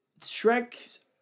Shrek